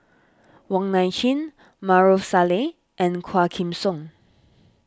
Wong Nai Chin Maarof Salleh and Quah Kim Song